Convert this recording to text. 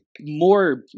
more